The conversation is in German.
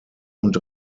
und